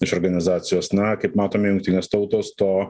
iš organizacijos na kaip matome jungtinės tautos to